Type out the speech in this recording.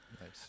Nice